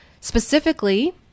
specifically